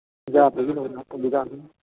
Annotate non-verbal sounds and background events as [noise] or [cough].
[unintelligible]